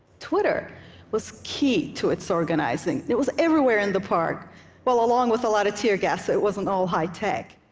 twitter was key to its organizing. it was everywhere in the park well, along with a lot of tear gas. it wasn't all high tech.